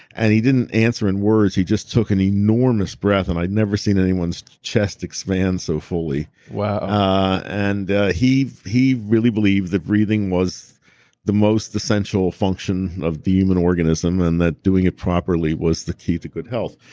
and he didn't answer in words. he just took an enormous breath and i'd never seen anyone's chest expand so fully wow ah and he he really believed that breathing was the most essential function of the human organism and that doing it properly was the key to good health.